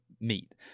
meet